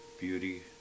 beauty